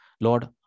lord